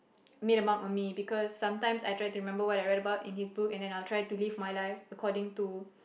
made a mark on me because sometimes I try to remember what I read about in his book and then I'll try to live my life according to